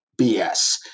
BS